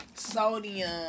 sodium